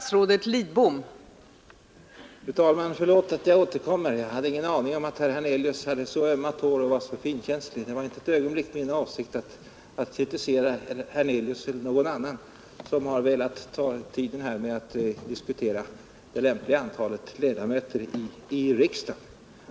Fru talman! Förlåt att jag återkommer. Jag hade ingen aning om att herr Hernelius hade så ömma tår och var så känslig. Det var inte ett ögonblick min avsikt att kritisera herr Hernelius eller någon annan som har velat diskutera det lämpliga antalet ledamöter i riksdagen.